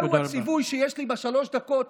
זה הציווי שיש לי בשלוש הדקות,